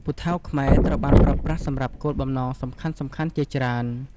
ពូថៅខ្មែរត្រូវបានប្រើប្រាស់សម្រាប់គោលបំណងសំខាន់ៗជាច្រើន។